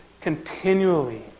continually